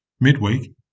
midweek